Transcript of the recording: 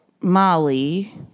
Molly